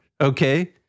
okay